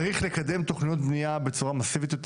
צריך לקדם תוכניות בנייה בצורה מאסיבית יותר.